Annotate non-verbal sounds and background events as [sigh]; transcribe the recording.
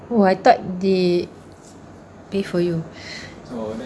oo I thought they pay for you [breath]